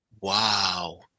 wow